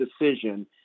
decision